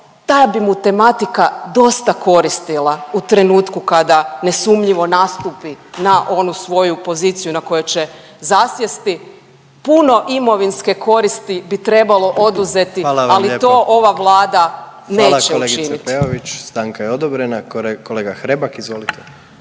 ta bi mu tematika dosta koristila u trenutku kada nesumnjivo nastupi na onu svoju poziciju na koju će zasjesti. Puno imovinske koristi bi trebalo oduzeti … …/Upadica predsjednik: Hvala vam lijepa./… … ali to ova Vlada neće učiniti.